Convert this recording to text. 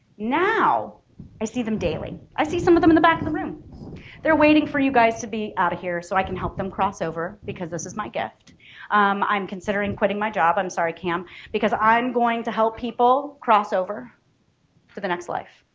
now i see them daily i see some of them in the back of the room they're waiting for you guys to be out of here so i can help them cross over because this is my gift i'm considering quitting my job i'm sorry cam because i'm going to help people cross over to the next life